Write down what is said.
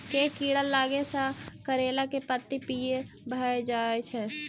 केँ कीड़ा लागै सऽ करैला केँ लत्ती पीयर भऽ जाय छै?